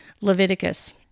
Leviticus